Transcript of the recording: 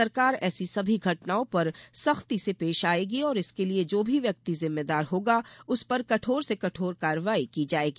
सरकार ऐसी सभी घटनाओं पर सख्ती से पेश आयेगी और इसके लिये जो भी व्यक्ति जिम्मेदार होगा उस पर कठोर से कठोर कार्रवाई की जायेगी